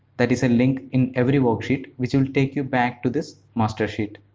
that is a link in every worksheet which will take you back to this master sheet.